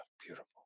beautiful